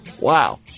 Wow